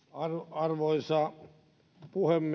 arvoisa puhemies